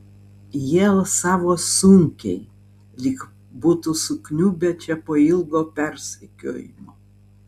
jie alsavo sunkiai lyg būtų sukniubę čia po ilgo persekiojimo